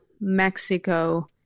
Mexico